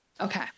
Okay